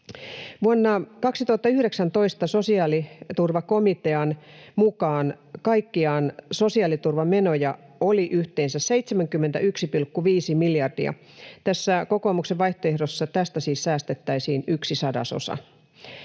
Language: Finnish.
Vuonna 2019 sosiaaliturvakomitean mukaan kaikkiaan sosiaaliturvamenoja oli yhteensä 71,5 miljardia. Tässä kokoomuksen vaihtoehdossa tästä siis säästettäisiin yksi sadasosa.